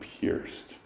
pierced